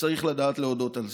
וצריך לדעת להודות על זה.